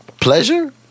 pleasure